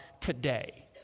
today